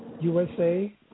USA